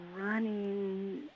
running